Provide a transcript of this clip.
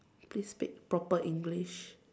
please speak proper English